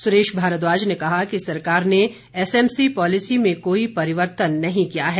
सुरेश भारद्वाज ने कहा कि सरकार ने एसएमसी पॉलिसी में कोई परिवर्तन नहीं किया है